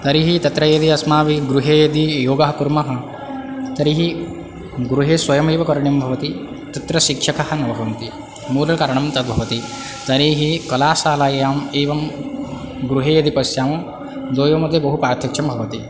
तर्हि तत्र यदि अस्माभिः गृहे यदि योगः कुर्मः तर्हि गृहे स्वयमेव करणीयं भवति तत्र शिक्षकः न भवन्ति मूलकारणं तद्भवति तर्हि कालाशालायाम् एवं गृहे यदि पश्यामः द्वयो मध्ये बहु पार्थक्यं भवति